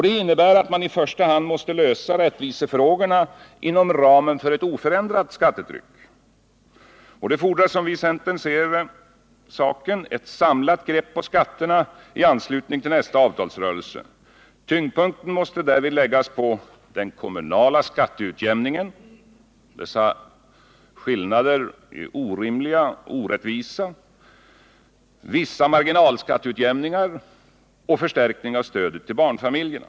Det innebär att man i första hand måste lösa rättvisefrågorna inom ramen för ett oförändrat skattetryck. Detta fordrar, som vi i centern ser saken, ett samlat grepp på skatterna i anslutning till nästa avtalsrörelse. Tyngdpunkten måste därvid läggas på den kommunala skatteutjämningen — skillnaderna i kommunal utdebitering är orimliga och orättvisa — på vissa marginalskatteutjämningar och på förstärkning av stödet till barnfamiljerna.